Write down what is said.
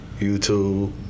YouTube